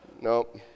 Nope